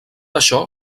això